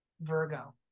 Virgo